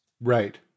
Right